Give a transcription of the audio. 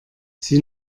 sie